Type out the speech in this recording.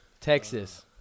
Texas